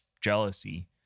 jealousy